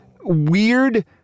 weird